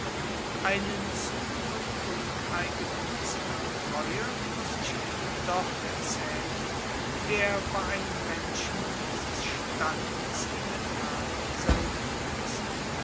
einen zug von uneigennütziger treue muß ich ihnen doch erzählen der bei einem menschen dieses standes in der tat selten ist